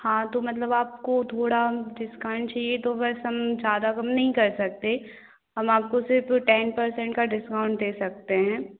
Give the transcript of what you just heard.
हाँ तो मतलब आपको थोड़ा डिस्कांट चाहिए तो बस हम ज्यादा कम नहीं कर सकते हम आपको सिर्फ टेन पर्सेंट का डिस्काउंट दे सकते हैं